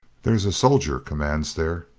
there's a soldier commands there,